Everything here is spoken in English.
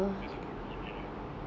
because of COVID you know